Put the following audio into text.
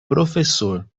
professor